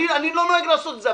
אני לא נוהג לעשות את זה,